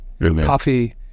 coffee